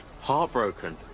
Heartbroken